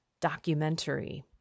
documentary